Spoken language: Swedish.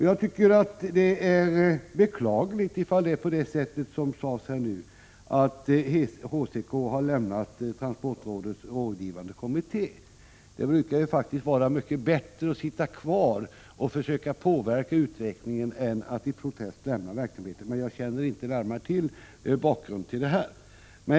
Jag tycker att det är beklagligt ifall HCK, som nyss sades, har lämnat Transportrådets rådgivande kommitté. Det brukar ju faktiskt vara mycket bättre att sitta kvar i ett organ och försöka påverka utvecklingen än att i protest lämna verksamheten. Men jag känner inte närmare till bakgrunden härvidlag.